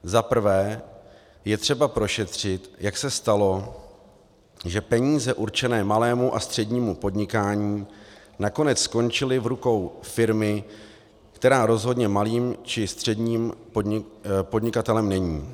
Za prvé je třeba prošetřit, jak se stalo, že peníze určené malému a střednímu podnikání nakonec skončily v rukou firmy, která rozhodně malým či středním podnikatelem není.